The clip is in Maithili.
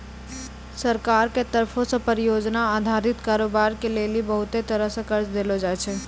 सरकार के तरफो से परियोजना अधारित कारोबार के लेली बहुते तरहो के कर्जा देलो जाय छै